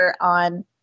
on